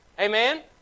Amen